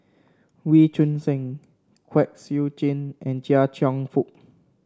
Wee Choon Seng Kwek Siew Jin and Chia Cheong Fook